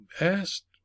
asked